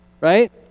right